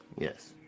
Yes